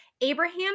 Abraham